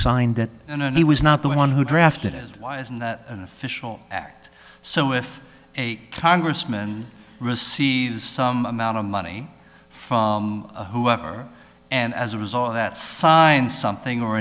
signed it and and he was not the one who drafted as why isn't that an official act so if a congressman receives some amount of money from whoever and as a result of that science something or